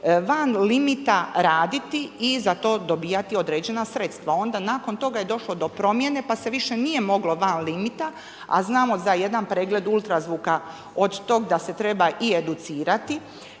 van limita raditi i za to dobivati određena sredstva. Onda nakon toga je došlo do promjene, pa se više nije moglo van limita, a znamo za jedan pregled UZV-a od toga da se treba i educirati,